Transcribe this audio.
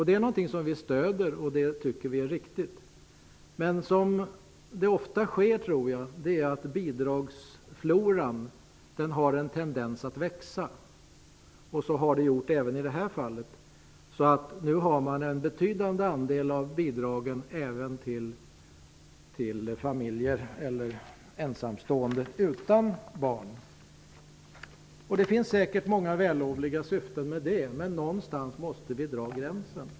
Detta är något som vi tycker är riktigt och som vi stöder. Bidragsfloran har en tendens att växa, vilket den även har gjort i det här fallet. Nu går en betydande andel av bidragen även till familjer eller ensamstående utan barn. Det finns säkert många vällovliga syfte med detta, men någonstans måste vi dra gränsen.